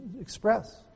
express